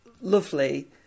lovely